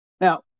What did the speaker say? Now